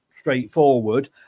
straightforward